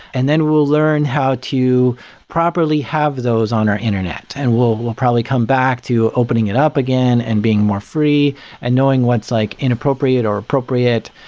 and then we'll learn how to properly have those on our internet and we'll we'll probably come back to opening it up again and being more free and knowing what's like inappropriate or appropriate.